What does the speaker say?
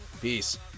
Peace